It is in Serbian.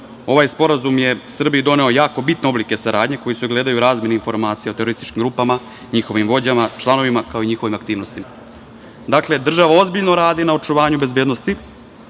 ovaj Sporazum je Srbiji doneo jako bitne oblike saradnje, koji se ogledaju u razmeni informacija terorističkim grupama, njihovim vođama i članovima, kao i u njihovim aktivnostima. Dakle, država ozbiljno radi na očuvanju bezbednosti